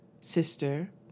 sister